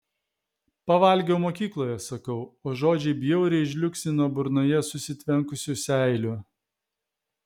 pavalgiau mokykloje sakau o žodžiai bjauriai žliugsi nuo burnoje susitvenkusių seilių